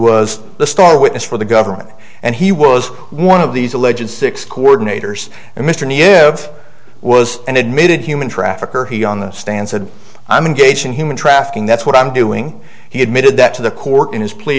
was the star witness for the government and he was one of these alleged six coordinators and mr knew of was an admitted human traffickers he on the stand said i'm engaged in human trafficking that's what i'm doing he admitted that to the court in his pl